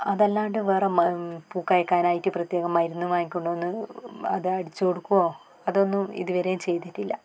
അതല്ലാണ്ട് വേറെ മ പൂ കായ്ക്കാനായിട്ട് പ്രത്യേകം മരുന്ന് വാങ്ങി കൊണ്ടുവന്ന് അത് അടിച്ചു കൊടുക്കുകയോ അതൊന്നും ഇതുവരെയും ചെയ്തിട്ടില്ല